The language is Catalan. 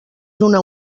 donar